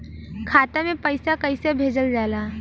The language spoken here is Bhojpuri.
खाता में पैसा कैसे भेजल जाला?